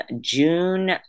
june